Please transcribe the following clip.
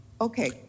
Okay